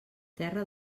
terra